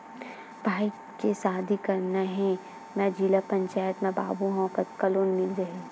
भाई के शादी करना हे मैं जिला पंचायत मा बाबू हाव कतका लोन मिल जाही?